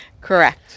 Correct